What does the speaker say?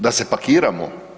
Da se pakiramo?